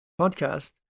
podcast